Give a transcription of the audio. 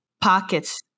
Pockets